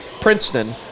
Princeton